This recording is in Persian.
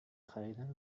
خریدن